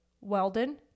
Weldon